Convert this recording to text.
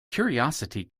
curiosity